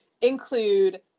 include